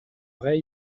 vrai